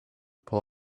pull